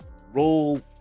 roll